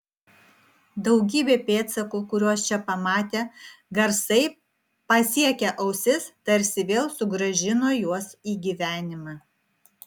daugybė pėdsakų kuriuos čia pamatė garsai pasiekę ausis tarsi vėl sugrąžino juos į gyvenimą